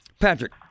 Patrick